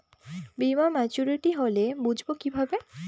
বীমা মাচুরিটি হলে বুঝবো কিভাবে?